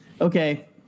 Okay